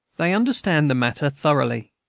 they understand the matter thoroughly,